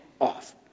off